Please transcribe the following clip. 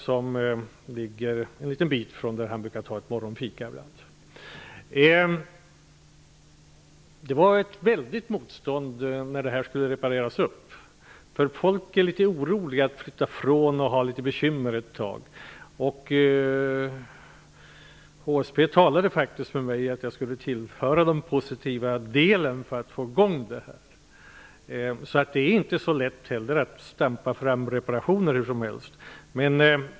Den ligger en liten bit från det ställe där han ibland brukar fika på morgonen. Det var ett väldigt motstånd när lägenheterna i det området skulle repareras. Folk är litet oroliga för att flytta och få litet bekymmer ett tag. HSB talade faktiskt med mig om att jag borde tillhöra den positiva delen för att det skulle bli lättare att få i gång detta. Det är inte heller så lätt att stampa fram reparationer hur som helst.